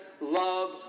love